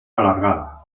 alargada